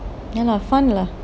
ya lah fun lah